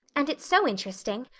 and it's so interesting.